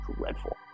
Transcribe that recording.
dreadful